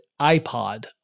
iPod